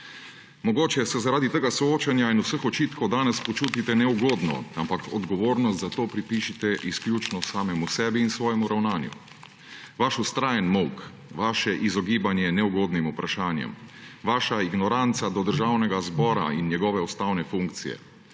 Mogoče se zaradi tega soočenja in vseh očitkov danes počutite neugodno, ampak odgovornost za to pripišite izključno samemu sebi in svojemu ravnanju. Vaš vztrajen molk, vaše izogibanje neugodnim vprašanjem, vaša ignoranca do Državnega zbora in njegove ustavne funkcije,